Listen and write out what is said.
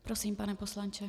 Prosím, pane poslanče.